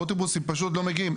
האוטובוסים פשוט לא מגיעים,